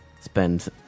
spend